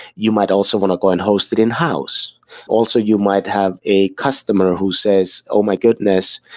you might also want to go and host it in-house. also, you might have a customer who says, oh, my goodness.